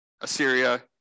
Assyria